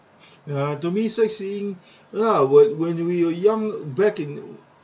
ya to me sight-seeing ya when when we were young back in